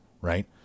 Right